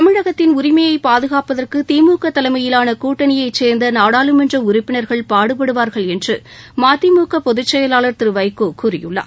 தமிழகத்தின் உரிமையை பாதுகாப்பதற்கு திமுக தலைமையிலான கூட்டணியைச் சேர்ந்த நாடாளுமன்ற உறுப்பினர்கள் பாடுபடுவார்கள் என்று மதிமுக பொதுச் செயலாளர் திரு வைகோ கூறியுள்ளார்